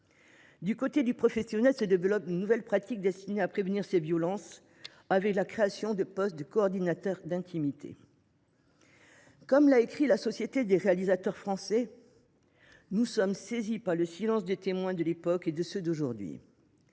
Du côté des professionnels se développe une nouvelle pratique destinée à prévenir ces violences, avec la création de postes de coordinateurs d’intimité. Comme l’a écrit la Société des réalisateurs français (SRF), « nous sommes saisis par le silence des témoins de l’époque et de ceux d’aujourd’hui